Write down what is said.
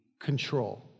control